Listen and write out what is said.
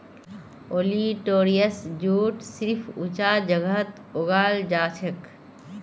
olitorius jute सिर्फ ऊंचा जगहत उगाल जाछेक